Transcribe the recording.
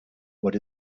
what